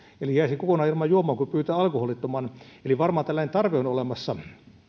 eli jäisi kokonaan ilman juomaa kun pyytää alkoholittoman eli varmaan tällainen tarve on olemassa